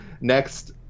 next